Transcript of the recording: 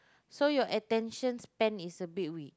so your attention span is a bit weak